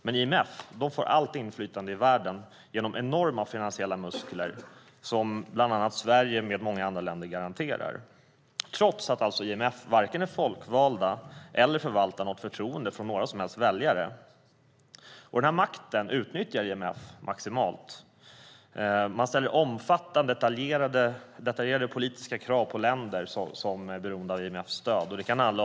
Men IMF får allt inflytande i världen genom enorma finansiella muskler som bland annat Sverige med många andra länder garanterar, trots att IMF varken är folkvald eller förvaltar något förtroende för några som helst väljare. Den här makten utnyttjar IMF maximalt. Man ställer omfattande och detaljerade politiska krav på länder som är beroende av IMF:s stöd.